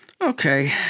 Okay